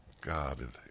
God